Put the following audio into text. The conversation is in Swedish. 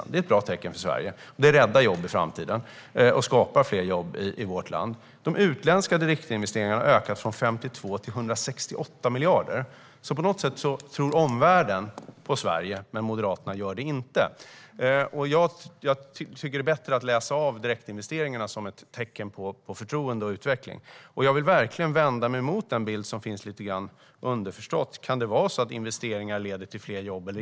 Det här är ett bra tecken för Sverige, och det räddar jobb för framtiden och skapar fler jobb i vårt land. De utländska direktinvesteringarna ökar från 52 till 168 miljarder. Omvärlden tror på Sverige, men det gör inte Moderaterna. Jag tycker att det är bättre att läsa av direktinvesteringar som ett tecken på förtroende och utveckling. Jag vänder mig verkligen emot den bild som målas upp där man underförstått ifrågasätter huruvida investeringar leder till fler jobb.